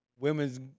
Women's